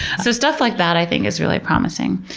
so stuff like that i think is really promising.